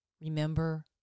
remember